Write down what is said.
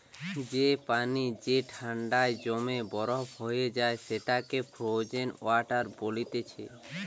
যে পানি যে ঠান্ডায় জমে বরফ হয়ে যায় সেটাকে ফ্রোজেন ওয়াটার বলতিছে